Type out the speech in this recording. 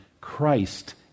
Christ